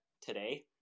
today